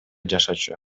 жашачу